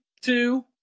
two